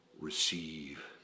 Receive